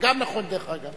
זה גם נכון, דרך אגב.